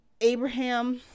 Abraham